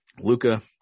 Luca